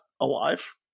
alive